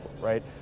right